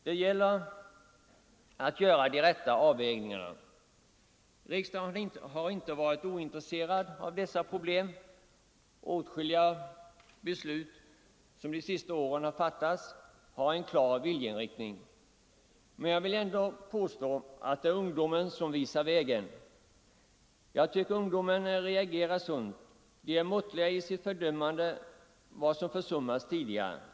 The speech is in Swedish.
Det gäller att göra de rätta avvägningarna. Riksdagen har inte varit ointresserad av dessa problem. Åtskilliga beslut som har fattats de senaste åren har angivit en klar viljeinriktning. Men jag vill ändå påstå att det är ungdomen som visar vägen. Och jag tycker att ungdomarna reagerar sunt. De är måttliga i sitt fördömande av vad som försummats tidigare.